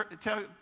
Tell